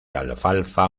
alfalfa